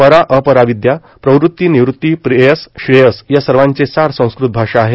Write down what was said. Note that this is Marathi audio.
परा अपरा विद्या प्रवृत्ती निवृत्ती प्रेयसु श्रेयसु या सर्वांचे सार संस्कृत भाषा आहे